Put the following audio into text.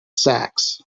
sax